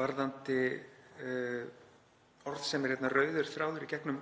varðandi orð sem er rauður þráður í gegnum